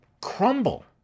crumble